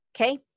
okay